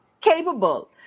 capable